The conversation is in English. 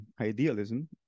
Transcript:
idealism